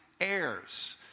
heirs